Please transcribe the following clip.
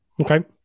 Okay